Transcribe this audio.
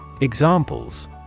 Examples